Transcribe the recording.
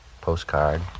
postcard